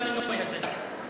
על המינוי הזה.